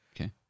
Okay